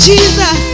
Jesus